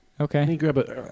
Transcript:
Okay